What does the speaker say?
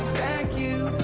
thank you,